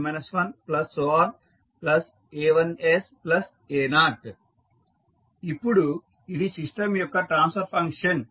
a1sa0 ఇప్పుడు ఇది system యొక్క ట్రాన్స్ఫర్ ఫంక్షన్